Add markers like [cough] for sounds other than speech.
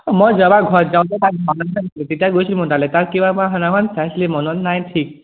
অঁ মই যোৱাবাৰ ঘৰত যাওঁতে তাত [unintelligible] তেতিয়া মই গৈছিলোঁ তালে [unintelligible] মনত নাই ঠিক